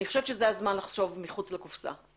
אני חושבת שזה הזמן לחשוב מחוץ לקופסה.